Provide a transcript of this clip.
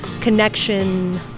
connection